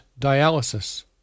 dialysis